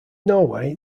norway